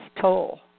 toll